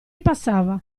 passava